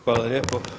Hvala lijepo.